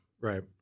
right